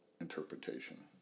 interpretation